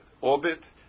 orbit